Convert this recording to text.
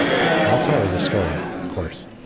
and i'll tell her the story. course.